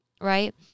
right